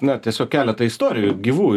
na tiesiog keletą istorijų gyvų